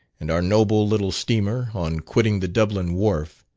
and our noble little steamer, on quitting the dublin wharf,